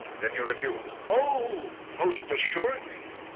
then you refuse? oh, most assuredly.